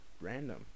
random